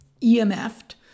EMF'd